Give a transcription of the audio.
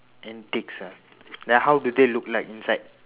antiques ah then how do they look like inside